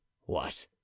What